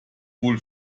wohl